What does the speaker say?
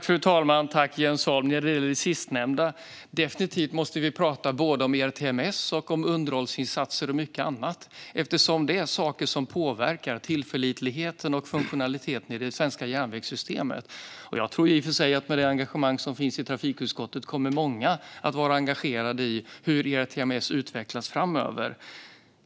Fru talman! Tack, Jens Holm! När det gäller det sistnämnda måste vi definitivt prata om ERTMS, om underhållsinsatser och mycket annat. Det är saker som påverkar tillförlitligheten och funktionaliteten i det svenska järnvägssystemet. Jag tror i och för sig att med det engagemang som finns i trafikutskottet kommer många att vara engagerade i hur ERTMS utvecklas framöver.